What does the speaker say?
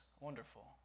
wonderful